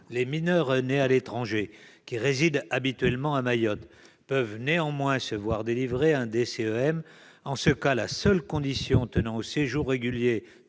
Les mineurs nés à l'étranger qui résident habituellement à Mayotte peuvent néanmoins se voir délivrer un DCEM. En ce cas, la seule condition tenant au séjour régulier